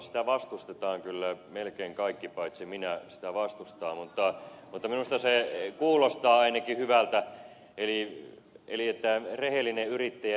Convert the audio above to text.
sitä vastustetaan kyllä melkein kaikki paitsi minä sitä vastustavat mutta minusta se kuulostaa ainakin hyvältä eli rehellinen yrittäjä rekisteröityisi